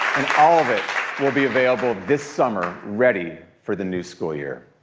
and all of it will be available this summer, ready for the new school year.